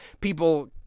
People